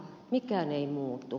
mikään ei muutu